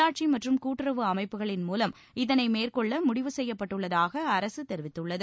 உள்ளாட்சி மற்றும் கூட்டுறவு அமைப்புகளின் மூலம் இதனை மேற்கொள்ள முடிவு செய்யப்பட்டுள்ளதாக அரசு தெரிவித்துள்ளது